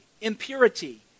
impurity